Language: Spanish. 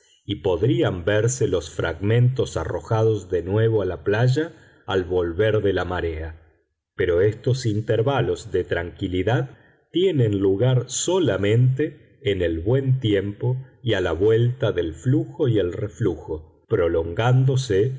y podrían verse los fragmentos arrojados de nuevo a la playa al volver de la marea pero estos intervalos de tranquilidad tienen lugar solamente en el buen tiempo y a la vuelta del flujo y el reflujo prolongándose